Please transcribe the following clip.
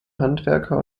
handwerker